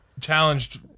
challenged